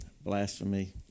blasphemy